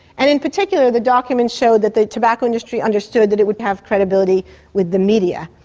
and in particular, the documents show that the tobacco industry understood that it would have credibility with the media,